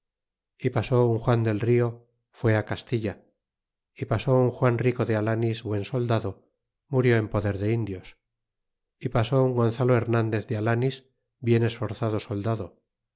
y pasó un juan del rio fué á castilla y pasó un juan rico de alanis buen soldado murió en poder de indios y pasó un gonzalo ilernandez de alanis bien esforzado soldado